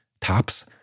tops